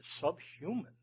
subhuman